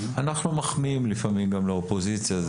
אנחנו מחמיאים לפעמים גם לאופוזיציה,